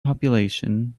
population